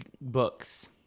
books